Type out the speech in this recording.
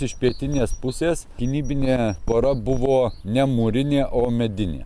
iš pietinės pusės gynybinė tvora buvo ne mūrinė o medinė